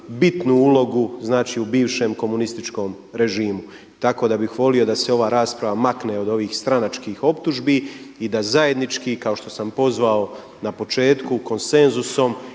bitnu ulogu znači u bivšem komunističkom režimu. Tako da bih volio da se ova rasprava makne od ovih stranačkih optužbi i da zajednički kao što sam pozvao na početku konsenzusom